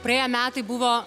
praėję metai buvo